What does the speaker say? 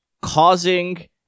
causing